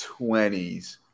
20s